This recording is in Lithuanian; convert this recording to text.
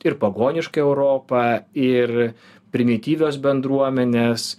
ir pagoniška europa ir primityvios bendruomenės